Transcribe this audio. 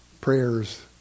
prayers